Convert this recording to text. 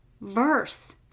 verse